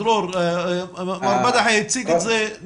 דרור מר בדחי הציג את זה,